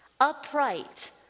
upright